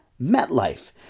MetLife